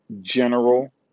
general